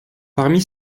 parmi